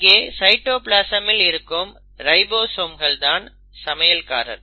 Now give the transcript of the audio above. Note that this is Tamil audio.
இங்கே சைட்டோபிளாசமில் இருக்கும் ரைபோசோம் தான் சமையல்காரர்